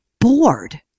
bored